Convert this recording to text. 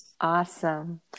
awesome